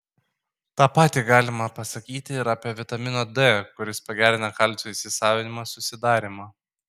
tą patį galima pasakyti ir apie vitamino d kuris pagerina kalcio įsisavinimą susidarymą